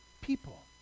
people